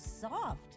soft